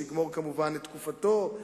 שיגמור כמובן את תקופתו,